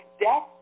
death